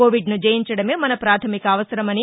కోవిడ్ను జయించడమే మన పాథమిక అవసరమని